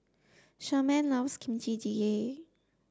Sherman loves Kimchi Jjigae